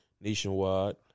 nationwide